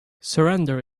surrender